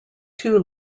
two